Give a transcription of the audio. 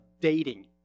dating